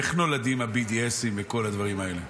איך נולדים ה-BDS וכל הדברים האלה.